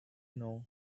know